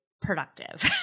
productive